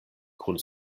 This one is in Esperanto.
kun